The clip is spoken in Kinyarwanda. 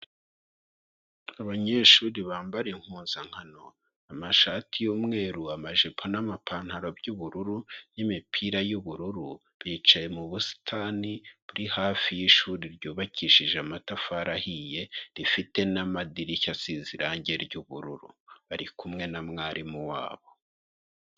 Abanyeshuri bambaye impuzankano, amashati y'umweru, amajipo, n'amapantaro by'ubururu n'imipira y'ubururu, bicaye mu busitani buri hafi y'ishuri ryubakishije amatafari ahiye, rifite n'amadirishya asize irangi ry'ubururu, bari kumwe na mwarimu wabo.